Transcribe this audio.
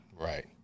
Right